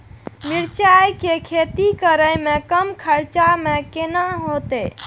मिरचाय के खेती करे में कम खर्चा में केना होते?